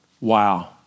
Wow